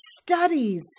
studies